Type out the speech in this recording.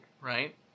right